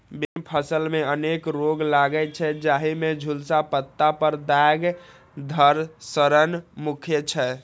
विभिन्न फसल मे अनेक रोग लागै छै, जाहि मे झुलसा, पत्ता पर दाग, धड़ सड़न मुख्य छै